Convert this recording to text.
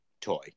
toy